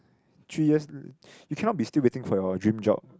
three years you cannot be still waiting for your dream job